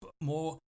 more